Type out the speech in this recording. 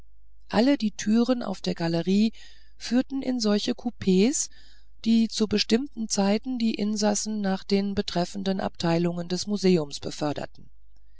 alle die türen aus der galerie führten in solche coups die zu bestimmten zeiten die insassen nach den betreffenden abteilungen des museums beförderten